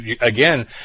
again